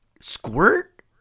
Squirt